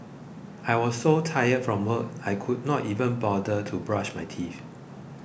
I was so tired from work I could not even bother to brush my teeth